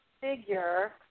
figure